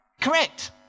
Correct